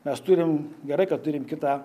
mes turim gerai kad turim kitą